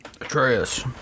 Atreus